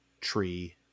tree